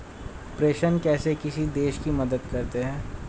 प्रेषण कैसे किसी देश की मदद करते हैं?